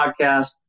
podcast